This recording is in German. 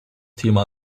thema